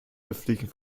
öffentlichen